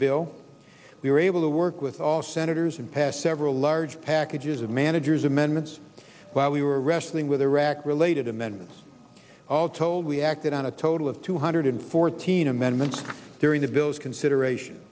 bill we were able to work with all senators and passed several large packages of managers amendments while we were wrestling with iraq related amendments all told we acted on a total of two hundred fourteen amendments during the bill's consideration